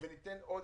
וניתן עוד